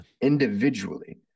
Individually